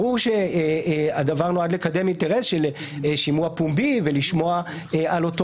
ברור שהדבר נועד לקדם אינטרס של שימוע פומבי ולשמוע על אותו